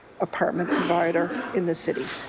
apartment provider in the city.